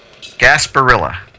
Gasparilla